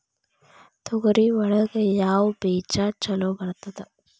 ತೊಗರಿ ಒಳಗ ಯಾವ ಬೇಜ ಛಲೋ ಬರ್ತದ?